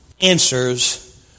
answers